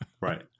Right